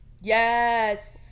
Yes